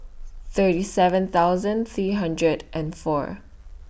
thirty seven thousand three hundred and four